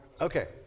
Okay